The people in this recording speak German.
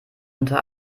unter